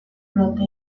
flote